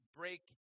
break